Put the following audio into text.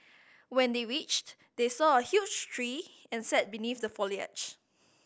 when they reached they saw a huge tree and sat beneath the foliage